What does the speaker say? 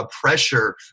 pressure